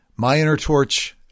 MyInnerTorch